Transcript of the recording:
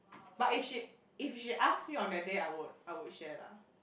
but if she if she ask me on that day I would I would share lah